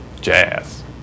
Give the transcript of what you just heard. jazz